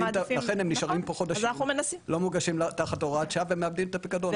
ולכן הם נשארים ולא מוגשים תחת הוראת שעה ומאבדים את הפיקדון.